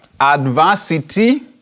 Adversity